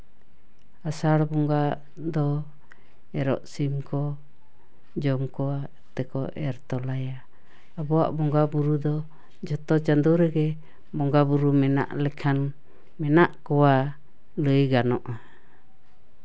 ᱟᱥᱟᱲ ᱵᱚᱸᱜᱟ ᱫᱚ ᱮᱨᱚᱜ ᱥᱤᱢ ᱠᱚ ᱡᱚᱢ ᱠᱚᱣᱟ ᱛᱮᱠᱚ ᱮᱨ ᱛᱚᱞᱟᱭᱟ ᱟᱵᱚᱣᱟᱜ ᱵᱚᱸᱜᱟ ᱵᱩᱨᱩ ᱫᱚ ᱡᱷᱚᱛᱚ ᱪᱟᱸᱫᱳ ᱨᱮᱜᱮ ᱵᱚᱸᱜᱟᱼᱵᱩᱨᱩ ᱢᱮᱱᱟᱜ ᱞᱮᱠᱷᱟᱱ ᱢᱮᱱᱟᱜ ᱠᱚᱣᱟ ᱞᱟᱹᱭ ᱜᱟᱱᱚᱜᱼᱟ